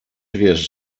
wiesz